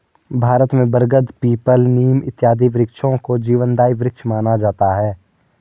भारत में बरगद पीपल नीम इत्यादि वृक्षों को जीवनदायी वृक्ष माना जाता है